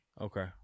Okay